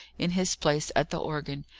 in his place at the organ,